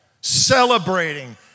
Celebrating